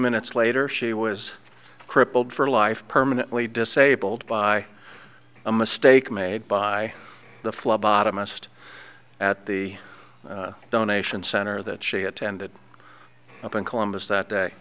minutes later she was crippled for life permanently disabled by a mistake made by the flood bottom asked at the donation center that she had ended up in columbus that